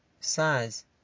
size